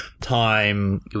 time